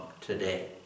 today